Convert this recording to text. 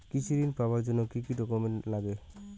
কৃষি ঋণ পাবার জন্যে কি কি ডকুমেন্ট নাগে?